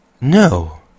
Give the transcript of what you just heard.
No